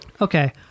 Okay